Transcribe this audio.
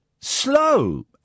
slow